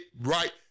right